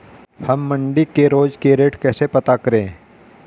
हम मंडी के रोज के रेट कैसे पता करें?